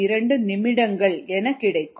2 நிமிடங்கள் என கிடைக்கும்